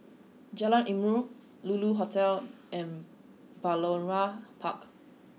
Jalan Ilmu Lulu Hotel and Balmoral Park